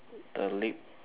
a lip